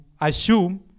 assume